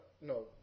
No